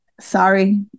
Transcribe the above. sorry